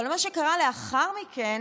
אבל מה שקרה לאחר מכן